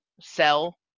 sell